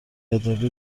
ادبی